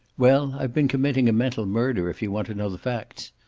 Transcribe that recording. well, i've been committing a mental murder, if you want to know the facts.